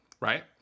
Right